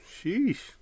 Sheesh